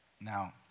Now